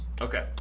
Okay